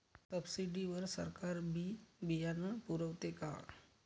Subsidy वर सरकार बी बियानं पुरवते का?